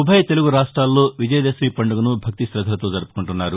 ఉభయ తెలుగురాష్ట్రాల్లో విజయదశమి పండుగను భక్తి శద్దలతో జరుపుకుంటున్నారు